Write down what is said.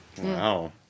Wow